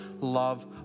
love